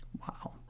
Wow